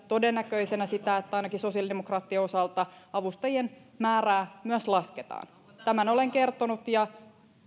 todennäköisenä sitä että ainakin sosiaalidemokraattien osalta avustajien määrää myös lasketaan tämän olen kertonut ja